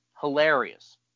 hilarious